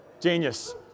Genius